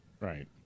right